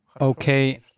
Okay